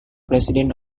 president